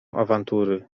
awantury